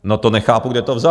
No to nechápu, kde to vzali.